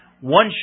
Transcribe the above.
one